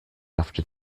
after